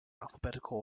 alphabetical